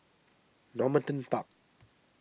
Normanton Park